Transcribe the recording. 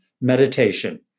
meditation